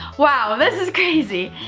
wow, this is crazy.